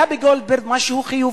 היה בדוח-גולדברג משהו חיובי,